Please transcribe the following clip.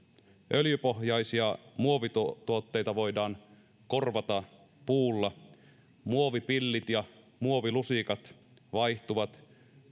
öljypohjaisia muovituotteita voidaan korvata puulla muovipillit ja muovilusikat vaihtuvat